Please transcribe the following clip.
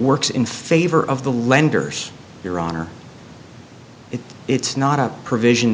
works in favor of the lenders your honor if it's not a provision